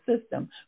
system